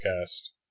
cast